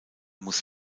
muss